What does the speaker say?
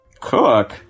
Cook